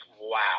wow